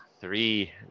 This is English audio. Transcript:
three